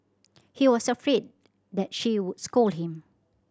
he was afraid that she would scold him